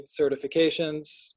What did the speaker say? certifications